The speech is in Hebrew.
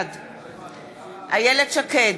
בעד איילת שקד,